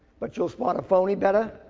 but you'll spot a phony better.